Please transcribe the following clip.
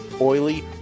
oily